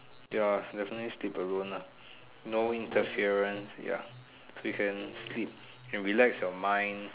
ya definitely sleep alone ah no interference ya you can sleep you can relax your mind